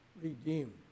Redeemed